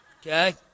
Okay